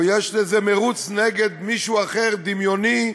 או יש איזה מרוץ נגד מישהו אחר, דמיוני,